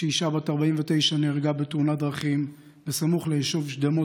שאישה בת 49 נהרגה בתאונת דרכים סמוך ליישוב שדמות